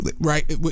Right